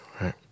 right